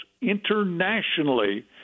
internationally